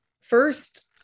first